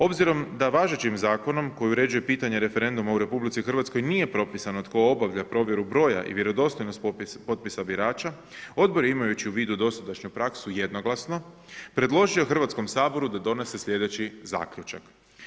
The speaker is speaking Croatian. Obzirom da važećim zakonom, koji uređuje pitanje referenduma u RH nije propisano tko obavlja provjeru broja i vjerodostojnost popisa birača, odbor je imajući u vidu dosadašnju praksu, jednoglasno, predložio Hrvatskom saboru da donese sljedeći zaključak.